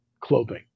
clothing